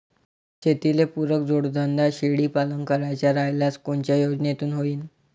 शेतीले पुरक जोडधंदा शेळीपालन करायचा राह्यल्यास कोनच्या योजनेतून होईन?